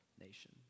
nation